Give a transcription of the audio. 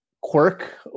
Quirk